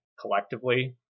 collectively